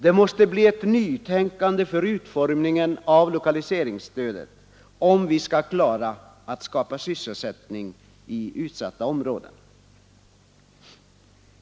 Det måste bli ett nytänkande i fråga om utformningen av lokaliseringsstödet om vi skall kunna skapa sysselsättning i utsatta områden.